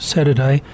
Saturday